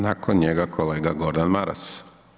Nakon njega kolega Gordan Maras.